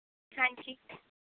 ਹਾਂਜੀ